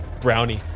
Brownie